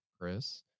Chris